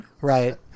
Right